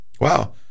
wow